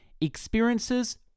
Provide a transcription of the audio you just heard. Experiences